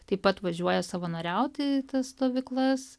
taip pat važiuoja savanoriauti į tas stovyklas